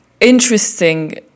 interesting